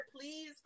Please